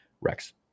Rex